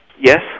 Yes